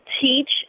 Teach